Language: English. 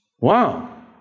Wow